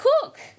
cook